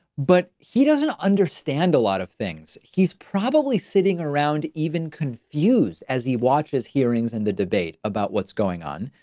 but he doesn't understand a lot of things. he's probably sitting around even confused as he watches hearings and the debate about what's going on.